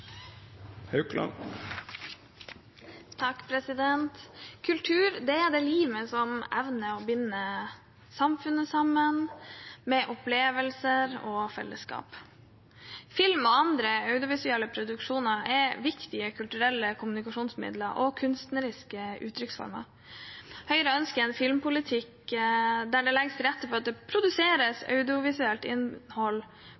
Kultur er det limet som evner å binde samfunnet sammen med opplevelser og fellesskap. Film og andre audiovisuelle produksjoner er viktige kulturelle kommunikasjonsmidler og kunstneriske uttrykksformer. Høyre ønsker en filmpolitikk der det legges til rette for at det